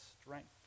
strength